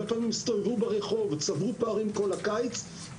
הסתובבו ברחובות וצברו פערים כל הקיץ.